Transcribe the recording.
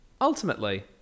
Ultimately